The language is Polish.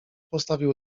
postawił